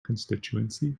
constituency